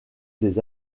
des